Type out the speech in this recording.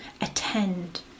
attend